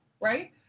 right